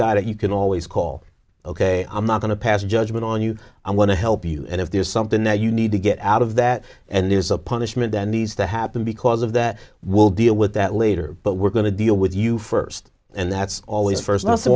guy that you can always call ok i'm not going to pass judgment on you i want to help you and if there's something there you need to get out of that and there's a punishment that needs to happen because of that will deal with that later but we're going to deal with you first and that's always first one thing